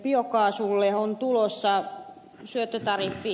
biokaasulle on tulossa syöttötariffi